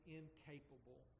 incapable